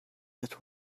that